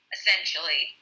essentially